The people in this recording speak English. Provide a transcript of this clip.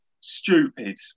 stupid